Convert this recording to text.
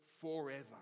forever